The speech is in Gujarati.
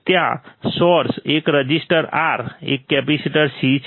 ત્યાં સોર્સ એક રઝિસ્ટર R એક કેપેસિટર C છે